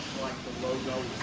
like the logo